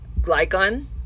glycon